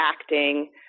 acting